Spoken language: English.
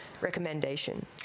recommendation